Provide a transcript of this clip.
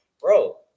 Bro